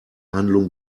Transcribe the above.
handlung